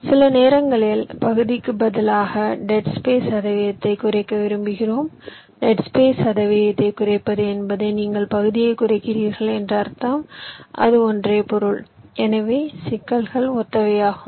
சில நேரங்களில் பகுதிக்கு பதிலாக டெட் ஸ்பேஸ் சதவீதத்தை குறைக்க விரும்புகிறோம் டெட் ஸ்பேஸ் சதவீதத்தை குறைப்பது என்பது நீங்கள் பகுதியை குறைக்கிறீர்கள் என்று அர்த்தம் அது ஒன்றே பொருள் எனவே சிக்கல்கள் ஒத்தவை ஆகும்